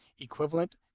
equivalent